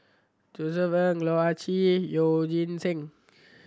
Josef Ng Loh Ah Chee Yeoh Ghim Seng